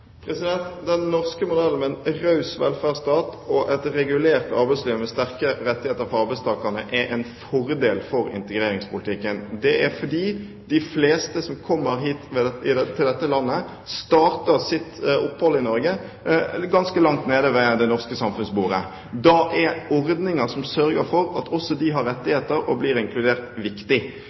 Den norske modellen med en raus velferdsstat og et regulert arbeidsliv med sterke rettigheter for arbeidstakerne er en fordel for integreringspolitikken. Det er fordi de fleste som kommer hit til dette landet, starter sitt opphold i Norge ganske langt nede ved det norske samfunnsbordet. Da er ordninger som sørger for at også de har rettigheter og blir inkludert, viktig.